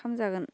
खालामजागोन